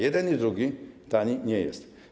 Jeden i drugi tani nie jest.